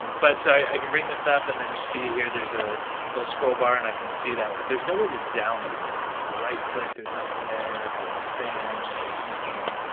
but so i can bring this up and then you see here there's a little scroll bar and i can see that but there's no way to download this like if i right click there's nothing there, if i expand there's nothing,